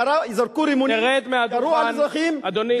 תרד מהדוכן עכשיו.